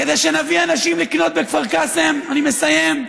כדי שנביא אנשים לקנות בכפר קאסם, אני מסיים,